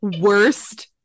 Worst